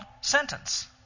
sentence